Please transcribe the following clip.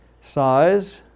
size